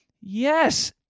Yes